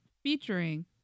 Featuring